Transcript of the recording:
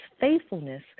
Faithfulness